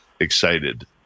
Excited